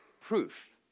proof